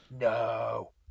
No